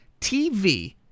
TV